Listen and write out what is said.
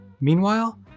Meanwhile